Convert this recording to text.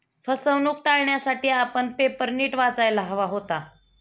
फसवणूक टाळण्यासाठी आपण पेपर नीट वाचायला हवा होता